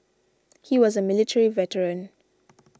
he was a military veteran